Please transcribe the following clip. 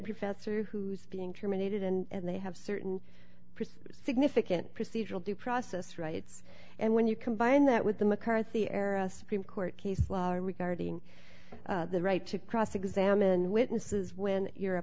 professor who's being terminated and they have certain significant procedural due process rights and when you combine that with the mccarthy era supreme court case law regarding the right to cross examine witnesses when you're a